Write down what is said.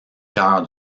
cœur